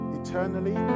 eternally